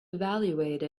evaluate